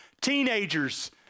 Teenagers